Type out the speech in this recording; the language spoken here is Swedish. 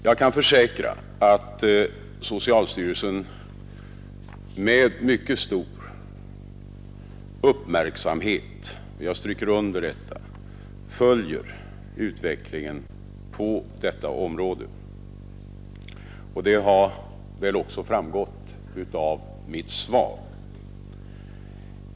Jag kan försäkra att socialstyrelsen med mycket stor uppmärksamhet följer utvecklingen på detta område. Det har väl också framgått av mitt svar.